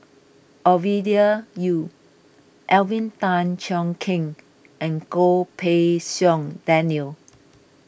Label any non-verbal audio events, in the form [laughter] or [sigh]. Ovidia Yu Alvin Tan Cheong Kheng and Goh Pei Siong Daniel [noise]